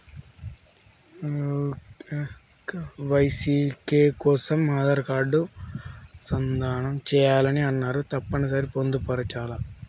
KYC కోసం Aadhaar card అనుసంధానం చేయాలని అన్నరు తప్పని సరి పొందుపరచాలా?